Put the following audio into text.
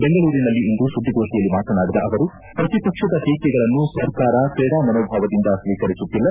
ಬೆಂಗಳೂರಿನಲ್ಲಿಂದು ಸುದ್ದಿಗೋಷ್ಠಿಯಲ್ಲಿ ಮಾತನಾಡಿದ ಅವರು ಪ್ರತಿಪಕ್ಷದ ಟೀಕೆಗಳನ್ನು ಸರ್ಕಾರ ಕ್ರೀಡಾ ಮನೋಭಾವದಿಂದ ಸ್ವೀಕರಿಸುತ್ತಿಲ್ಲ